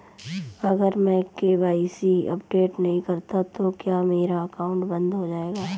अगर मैं KYC update नहीं करता तो क्या मेरा अकाउंट बंद हो जाएगा?